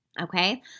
okay